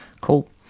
Cool